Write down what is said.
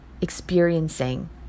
experiencing